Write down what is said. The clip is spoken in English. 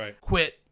Quit